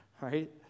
right